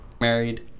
married